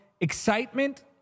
excitement